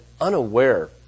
unaware